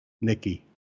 Nikki